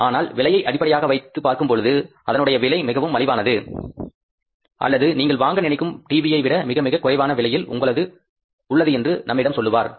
ஆனால் விலையை அடிப்படையாக வைத்துப் பார்க்கும் பொழுது இதனுடைய விலை மிகவும் மலிவானது அல்லது நீங்கள் வாங்க நினைக்கும் டிவியை விட மிக மிக குறைவான விலையில் உள்ளது என்று நம்மிடம் சொல்வார்